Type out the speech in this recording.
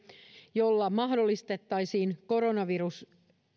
jolla mahdollistettaisiin koronaviruksen